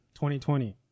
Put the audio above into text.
2020